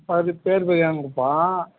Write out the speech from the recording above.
அது பேர்பெரியான் குப்பம்